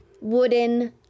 wooden